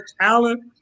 talent